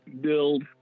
build